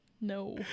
No